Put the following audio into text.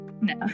No